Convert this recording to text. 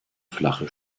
flache